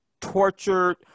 tortured